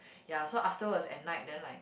ya so afterwards at night then like